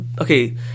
okay